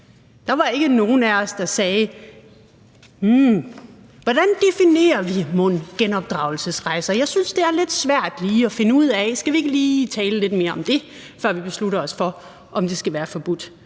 var der ikke nogen af os, der sagde: Hvordan definerer vi mon genopdragelsesrejser, jeg synes, det er lidt svært lige at finde ud af det; skal vi ikke lige tale lidt mere om det, før vi beslutter os for, om det skal være forbudt?